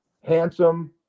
handsome